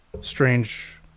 strange